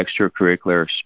extracurricular